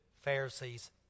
Pharisees